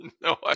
No